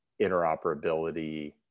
interoperability